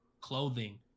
Clothing